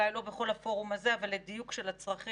אולי לא בכל הפורום הזה אבל לדיוק של הצרכים,